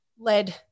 Led